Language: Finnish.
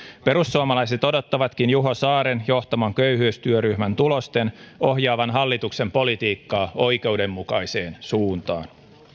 perussuomalaiset odottavatkin juho saaren johtaman köyhyystyöryhmän tulosten ohjaavan hallituksen politiikkaa oikeudenmukaiseen suuntaan